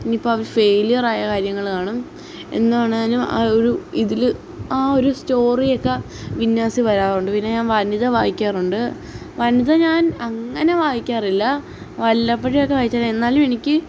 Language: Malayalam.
ഇനിയിപ്പോള് അവർ ഫെയിലിയാറായ കാര്യങ്ങള് കാണും എന്ത് കാണാനും ആ ഒരു ഇതില് ആ ഒരു സ്റ്റോറിയൊക്ക വിന്നേഴ്സില് വരാറുണ്ട് പിന്നെ ഞാൻ വനിത വായിക്കാറുണ്ട് വനിത ഞാൻ അങ്ങനെ വായിക്കാറില്ല വല്ലപ്പൊഴുമൊക്ക വായിച്ചാല് എന്നാലും എനിക്ക്